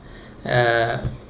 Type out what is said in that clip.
uh